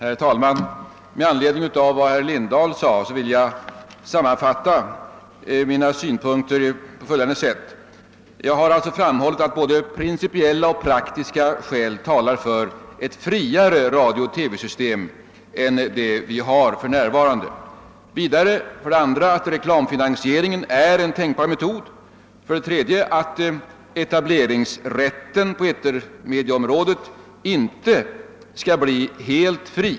Herr talman! Med anledning av vad herr Lindahl sade vill jag sammanfatta mina synpunkter på följande sätt. Jag har för det första framhållit att både principiella och praktiska skäl talar för ett friare radiooch TV-system än det vi för närvarande har. För det andra har jag sagt att reklamfinansieringen är en tänkbar metod och för det tredje att etableringsrätten på etermediaområdet inte skall bli helt fri.